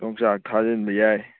ꯌꯣꯡꯆꯥꯛ ꯊꯥꯖꯤꯟꯕ ꯌꯥꯏ